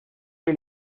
que